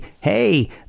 hey